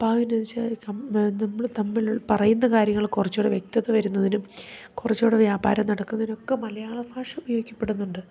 നമ്മൾ തമ്മിൽ പറയുന്ന കാര്യങ്ങൾ കുറച്ചു കൂടി വ്യക്തത വരുന്നതിനും കുറച്ചു കൂടി വ്യാപാരം നടക്കുന്നതിനൊക്കെ മലയാള ഭാഷ ഉപയോഗിക്കപ്പെടുന്നുണ്ട്